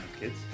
kids